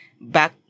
back